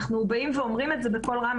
אנחנו באים ואומרים את זה בקול רם,